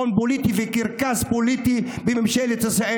הון פוליטי וקרקס פוליטי בממשלת ישראל